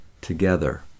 together